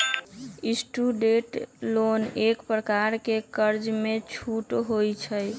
student loan एक प्रकार के कर्जामें छूट होइ छइ